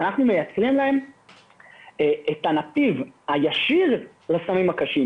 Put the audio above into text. מייצרים את הנתיב הישיר לסמים הקשים.